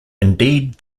indeed